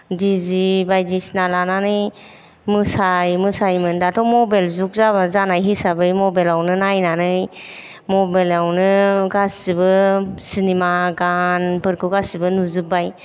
दि जे बायदिसिना लानानै मोसा मोसायोमोन दाथ' मबाइल जुग जाबाय जानाय हिसाबै मबाइल आवनो नायनानै मबाइल आवनो गासैबो सिनेमा गानफोरखौ गासिबो नुजोबबाय